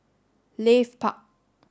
Leith Park